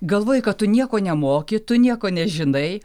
galvoji kad tu nieko nemoki tu nieko nežinai